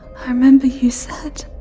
i remember you said